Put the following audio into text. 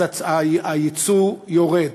אז היצוא יורד.